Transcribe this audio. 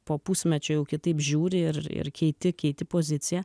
po pusmečio jau kitaip žiūri ir ir keiti keiti poziciją